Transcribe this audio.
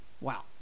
Wow